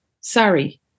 Sorry